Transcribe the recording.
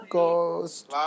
Ghost